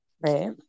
right